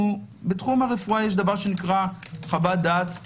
בתחום הרפואה יש חוות דעת שנייה.